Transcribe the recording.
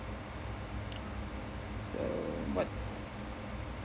so what's